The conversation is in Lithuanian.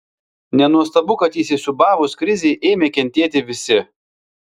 nenuostabu kad įsisiūbavus krizei ėmė kentėti visi